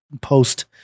post